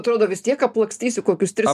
atrodo vis tiek aplakstysiu kokius tris